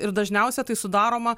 ir dažniausia tai sudaroma